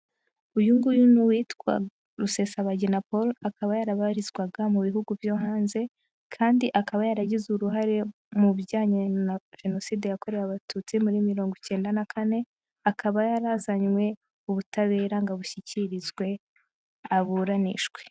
Uyu nguyu ni uwitwa Rusesabagina Paul, akaba yarabarizwaga mu bihugu byo hanze kandi akaba yaragize uruhare mu bijyanye na Jenoside yakorewe abatutsi muri mirongo icyenda na kane, akaba yari azanywe, ubutabera ngo abushyikirizwe, aburanishwe.